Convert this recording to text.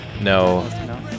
No